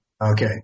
Okay